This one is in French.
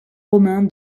romain